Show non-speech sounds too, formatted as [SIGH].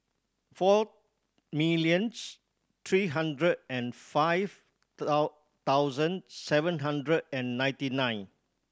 four millions three hundred and five [UNINTELLIGIBLE] thousand seven hundred and ninety nine